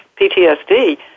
PTSD